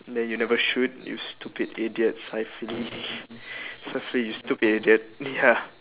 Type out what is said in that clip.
then you never shoot you stupid idiots saifuli saiful you stupid idiot ya